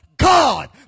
God